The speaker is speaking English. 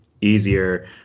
easier